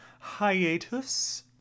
hiatus